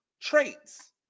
traits